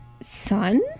son